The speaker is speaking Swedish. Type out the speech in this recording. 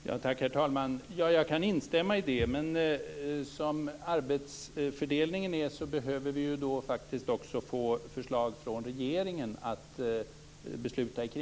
Herr talman! Jag kan instämma i det. Men som arbetsfördelningen är behöver vi också få förslag från regeringen att besluta om.